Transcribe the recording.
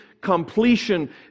completion